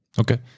okay